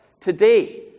today